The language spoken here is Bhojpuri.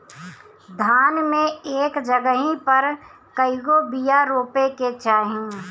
धान मे एक जगही पर कएगो बिया रोपे के चाही?